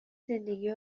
زندگی